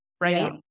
right